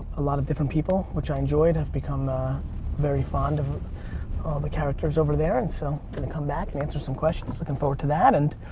a lot of different people which i enjoyed. and become ah very fond of of all the characters over there and so gonna come back and answer some more questions. looking forward to that. and